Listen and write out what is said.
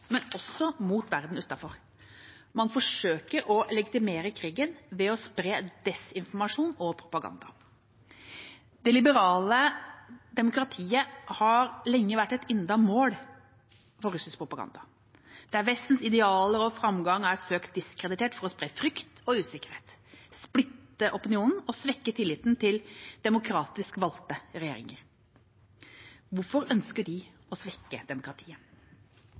men også mot verden utenfor. Man forsøker å legitimere krigen ved å spre desinformasjon og propaganda. Det liberale demokratiet har lenge vært et yndet mål for russisk propaganda, der vestens idealer og framgang er søkt diskreditert for å spre frykt og usikkerhet, splitte opinionen og svekke tilliten til demokratisk valgte regjeringer. Hvorfor ønsker de å svekke demokratiet?